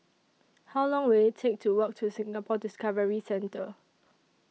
How Long Will IT Take to Walk to Singapore Discovery Centre